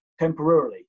temporarily